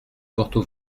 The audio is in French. porto